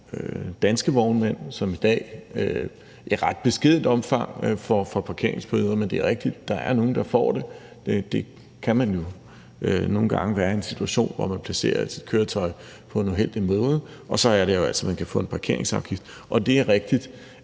danske vognmænd, som i dag i ret beskedent omfang får parkeringsbøder. Men det er rigtigt, at der er nogle, der får det. Man kan jo nogle gange være i en situation, hvor man placerer sit køretøj på en uheldig måde, og så er det altså, at man kan få en parkeringsafgift, og det er rigtigt,